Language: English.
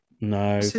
no